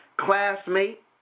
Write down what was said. classmate